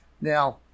Now